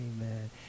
Amen